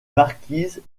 marquises